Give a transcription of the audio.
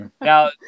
now